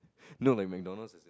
you know like McDonald's is in